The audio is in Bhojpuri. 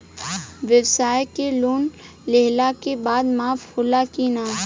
ब्यवसाय के लोन लेहला के बाद माफ़ होला की ना?